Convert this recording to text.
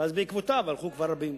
ואז בעקבותיו הלכו כבר רבים.